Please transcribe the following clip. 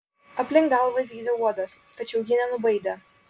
aplink galvą zyzė uodas tačiau ji nenubaidė